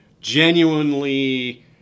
genuinely